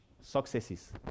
successes